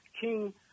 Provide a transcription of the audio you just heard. King